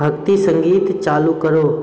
भक्ति संगीत चालू करो